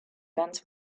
guns